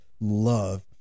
love